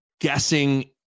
guessing